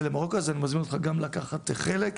למרוקו אז אני מזמין אותך גם לקחת חלק,